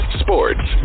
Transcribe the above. sports